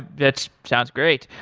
that's sounds great,